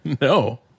No